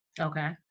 Okay